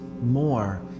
more